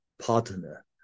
partner